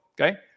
okay